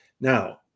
Now